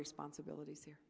responsibilit